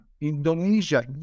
Indonesia